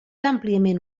àmpliament